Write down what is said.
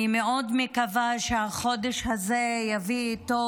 אני מאוד מקווה שהחודש הזה יביא איתו